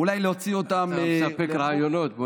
אולי להוציא אותם, אתה מספק רעיונות.